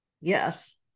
Yes